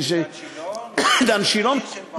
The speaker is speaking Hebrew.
דן שילון, קירשנבאום.